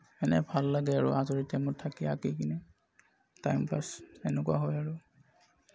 এনেই ভাল লাগে আৰু আজৰি টাইমত থাকি আঁকি কিনে টাইম পাছ এনেকুৱা হয় আৰু